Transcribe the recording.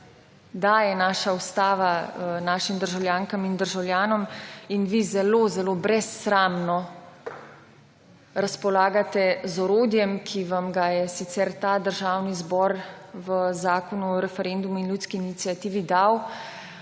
daje naša ustava našim državljankam in državljanom. Vi zelo brezsramno razpolagate z orodjem, ki vam ga je sicer Državni zbor v Zakonu o referendumu in ljudski iniciativi dal,